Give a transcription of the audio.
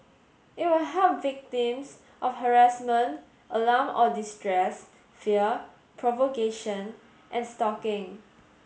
it will help victims of harassment alarm or distress fear provocation and stalking